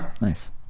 Nice